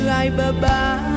Bye-bye